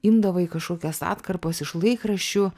imdavai kažkokias atkarpas iš laikraščių